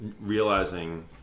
realizing